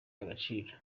agaciro